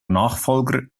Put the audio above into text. nachfolger